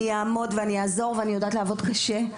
אני אעמוד ואני אעזור ואני יודעת לעבוד קשה,